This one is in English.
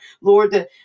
Lord